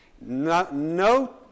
No